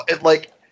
like-